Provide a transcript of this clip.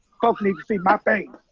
folks need to see my face.